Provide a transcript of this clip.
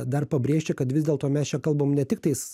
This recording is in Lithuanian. dar pabrėžčiau kad vis dėlto mes čia kalbam ne tiktais